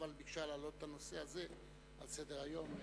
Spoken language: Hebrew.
אבל ביקשה להעלות את הנושא הזה על סדר-היום.